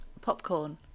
Popcorn